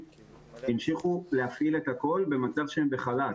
המשיכו להפעיל את הכול במצב שהם בחל"ת.